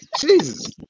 Jesus